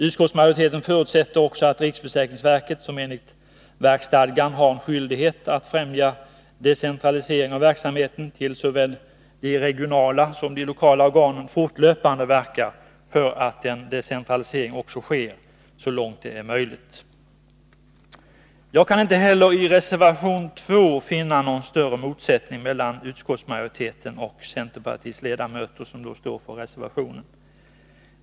Utskottsmajoriteten förutsätter att riksförsäkringsverket, som enligt verkstadgan har skyldighet att främja decentralisering av verksamheten till såväl de regionala som de lokala organen, fortlöpande verkar för att en decentralisering också sker så Nr 152 långt det är möjligt. Fredagen den Jag kan inte heller i reservation 2 finna någon större motsättning mellan 20 maj 1983 utskottsmajoriteten och centerpartiets ledamöter som står för reservationen.